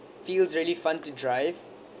feels really fun to drive